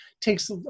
takes